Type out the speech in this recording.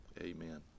Amen